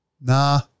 nah